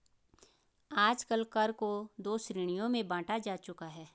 आजकल कर को दो श्रेणियों में बांटा जा चुका है